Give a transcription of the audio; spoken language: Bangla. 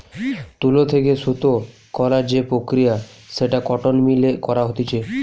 তুলো থেকে সুতো করার যে প্রক্রিয়া সেটা কটন মিল এ করা হতিছে